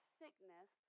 sickness